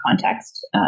context